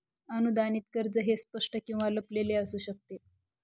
अनुदानित कर्ज हे स्पष्ट किंवा लपलेले असू शकते